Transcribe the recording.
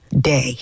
day